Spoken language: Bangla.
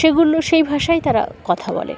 সেগুলো সেই ভাষায় তারা কথা বলে